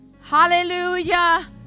hallelujah